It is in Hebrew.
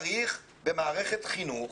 צריך במערכת חינוך